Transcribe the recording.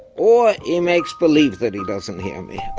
or he makes believe that he doesn't hear me,